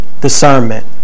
Discernment